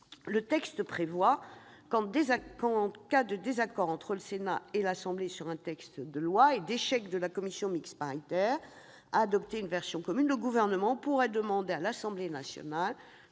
Le texte prévoit que, en cas de désaccord entre le Sénat et l'Assemblée nationale et d'échec de la commission mixte paritaire à adopter une version commune d'un texte de loi, le Gouvernement pourrait demander à l'Assemblée nationale